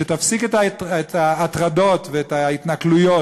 שלא תפסיק את ההטרדות ואת ההתנכלויות